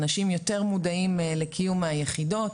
אנשים יותר מודעים לקיום היחידות,